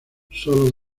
solo